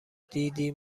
دیدی